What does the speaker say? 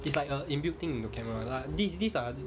it's like a inbuilt thing in the camera like these these are